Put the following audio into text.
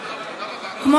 התקשורת,